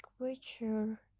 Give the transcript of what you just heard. creature